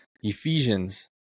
Ephesians